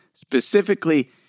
specifically